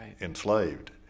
enslaved